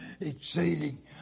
exceeding